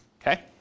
Okay